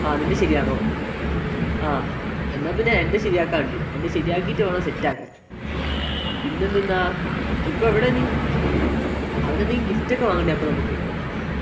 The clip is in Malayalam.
ആ നിൻ്റെ ശെരിയാണോ ആ എന്നാൽ പിന്നെ എൻ്റെ ശരിയാക്കാനുണ്ട് എൻ്റെ ശരിയാക്കിയിട്ട് വേണം സെറ്റാക്കാൻ പിന്നെ എന്ത്ന്നാ ഇപ്പം എവിടെയാണ് നീ അവന് എന്തേ ഗിഫ്റ്റ് ഒക്കെ വാങ്ങണ്ടേ അപ്പം നമുക്ക്